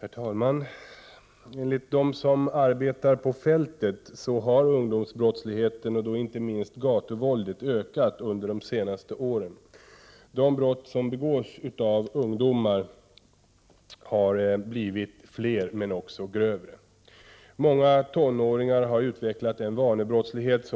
Herr talman! Enligt uppgift från dem som arbetar på fältet har ungdomsbrottsligheten, och då inte minst gatuvåldet, ökat under de senaste åren. De brott som begås av ungdomar har blivit fler men också grövre. Många tonåringar har utvecklat en vanebrottslighet